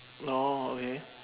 orh okay